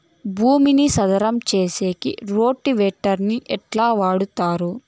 భూమిని చదరం సేసేకి రోటివేటర్ ని ఎట్లా వాడుతారు?